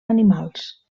animals